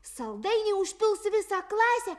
saldainiai užpils visą klasę